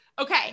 Okay